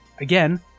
again